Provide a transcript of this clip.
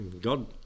God